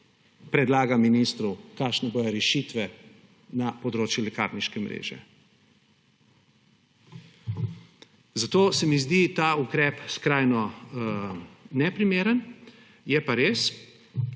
predlaga ministru, kakšne bodo rešitve na področju lekarniške mreže. Zato se mi zdi ta ukrep skrajno neprimeren. Je pa res,